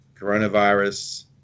coronavirus